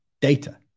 data